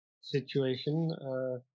situation